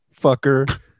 fucker